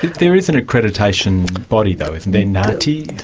there is an accreditation body though, isn't there, naati?